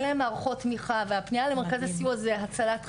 אין להם מערכות תמיכה והפנייה למכרזי סיוע זה הצלת חיים.